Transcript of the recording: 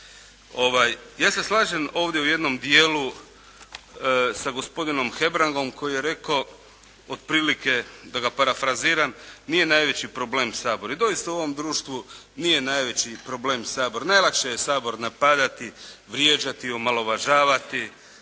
Ja se slažem ovdje u jednom dijelu sa gospodinom Hebrangom koji je rekao otprilike da ga parafraziram, nije najveći problem Sabor. I doista u ovom društvu nije najveći problem Sabor. Najlakše je Sabor napadati, vrijeđati, omalovažavati